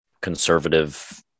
conservative